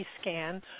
scan